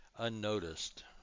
unnoticed